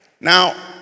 Now